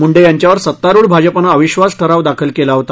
मुंढे यांच्यावर सत्तारूढ भाजपने अविश्वास ठराव दाखल केला होता